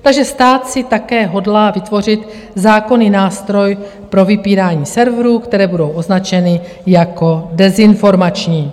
Takže stát si také hodlá vytvořit zákonný nástroj pro vypínání severů, které budou označeny jako dezinformační.